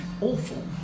awful